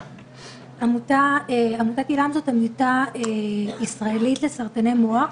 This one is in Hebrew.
עמותת עיל"מ זאת עמותה ישראלית לסרטני מוח.